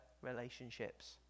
relationships